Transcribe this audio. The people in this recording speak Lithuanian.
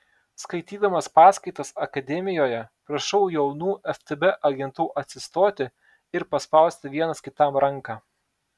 skaitydamas paskaitas akademijoje prašau jaunų ftb agentų atsistoti ir paspausti vienas kitam ranką